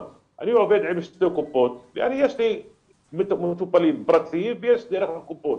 עובד עם שתי קופות ויש לי מטופלים פרטיים ויש דרך הקופות.